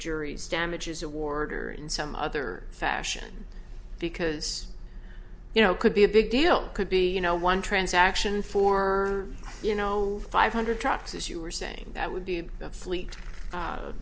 jury's damages award or in some other fashion because you know it could be a big deal could be you know one transaction for you know five hundred trucks as you were saying that would be the fleet